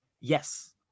Yes